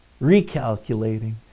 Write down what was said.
recalculating